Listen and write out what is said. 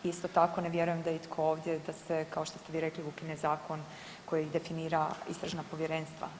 Isto tako ne vjerujem da je itko ovdje, da se kao što ste rekli ukine zakon koji definira istražna povjerenstva.